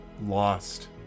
lost